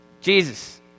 Jesus